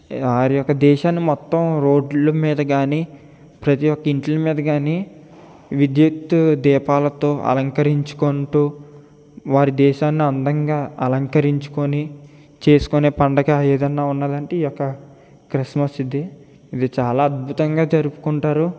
వారి యొక్క దేశాన్ని మొత్తం రోడ్ల మీద కానీ ప్రతీ ఒక్క ఇళ్ళ మీద కానీ విద్యుత్తు దీపాలతో అలంకరించుకుంటూ వారి దేశాన్ని అందంగా అలంకరించుకొని చేసుకొనే పండగ ఏదైనా ఉందంటే ఈయొక్క క్రిస్మస్ది ఇది చాలా అద్భుతంగా జరుపుకుంటారు